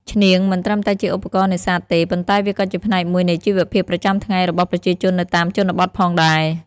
ឈ្នាង មិនត្រឹមតែជាឧបករណ៍នេសាទទេ ប៉ុន្តែវាក៏ជាផ្នែកមួយនៃជីវភាពប្រចាំថ្ងៃរបស់ប្រជាជននៅតាមជនបទផងដែរ។